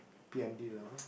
P_M_D lover